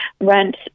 rent